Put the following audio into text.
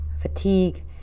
fatigue